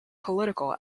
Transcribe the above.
political